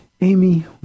Amy